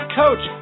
coach